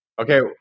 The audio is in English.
Okay